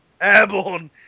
Airborne